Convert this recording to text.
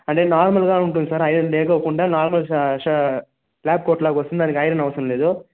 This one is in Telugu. అదే నార్మల్గా ఉంటుంది సార్ ఐరెన్ లేకుండా నార్మల్ షా షా బ్లాక్ కోట్ లాగ వస్తుంది దానికి ఐరన్ అవసరంలేదు